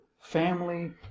family